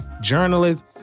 journalists